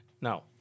now